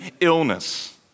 illness